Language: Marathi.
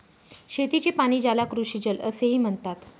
शेतीचे पाणी, ज्याला कृषीजल असेही म्हणतात